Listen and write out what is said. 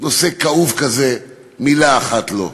נושא כאוב כזה, מילה אחת לא.